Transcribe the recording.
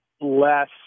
less